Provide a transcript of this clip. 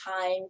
time